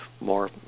more